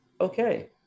okay